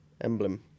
emblem